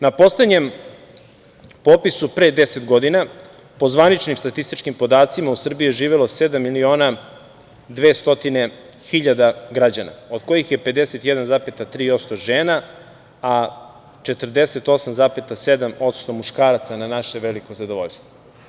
Na poslednjem popisu, pre 10 godina, po zvaničnim statističkim podacima u Srbiji je živelo sedam miliona 200 hiljada građana, od kojih je 51,3% žena a 48,7% muškaraca, na naše veliko zadovoljstvo.